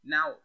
Now